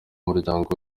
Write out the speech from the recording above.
muryango